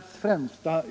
samhällsproblem.